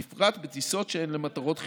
בפרט בטיסות שהן למטרות חיוניות.